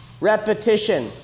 Repetition